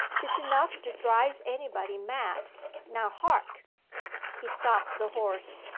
tis enough to drive anybody mad now hark he stopped the horse.